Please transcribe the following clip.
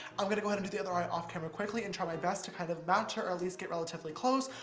i'm gonna go ahead and do the other eye off-camera quickly, and try my best to kind of match her, or at least get relatively close.